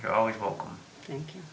you're always welcome thank you